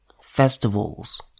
festivals